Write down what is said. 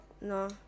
no